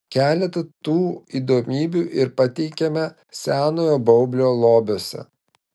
keletą tų įdomybių ir pateikiame senojo baublio lobiuose